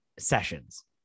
sessions